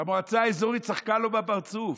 המועצה האזורית צחקה לו בפרצוף.